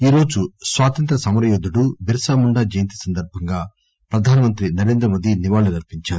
ఈ రోజు స్పాతంత్ర్య సమర యోధుడు బిర్సాముండా జయంతి సందర్బంగా ప్రధానమంత్రి నరేంద్రమోదీ నివాళులర్చించారు